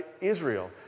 Israel